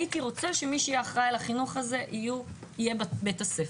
הייתי רוצה שמי שיהיה אחראי על החינוך הזה יהיה בית הספר.